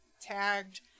tagged